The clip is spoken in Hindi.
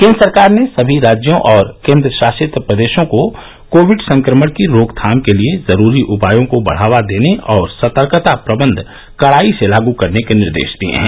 केन्द्र सरकार ने सभी राज्यों और केन्द्र शासित प्रदेशों को कोविड संक्रमण की रोकथाम के लिये जरूरी उपायों को बढ़ावा देने और सतर्कता प्रबंध कड़ाई से लागू करने के निर्देश दिये हैं